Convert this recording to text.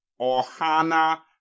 Ohana